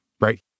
right